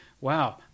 wow